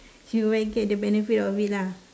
you will get the benefit of it lah